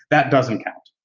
that doesn't count?